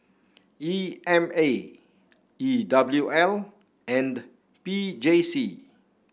E M A E W L and P J C